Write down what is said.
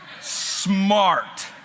Smart